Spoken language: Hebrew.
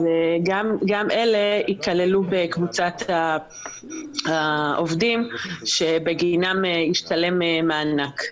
גם אלה ייכללו בקבוצת העובדים שבגינם ישתלם מענק.